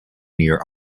near